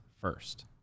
first